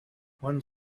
one